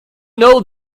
know